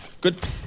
good